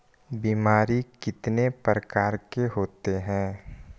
बीमारी कितने प्रकार के होते हैं?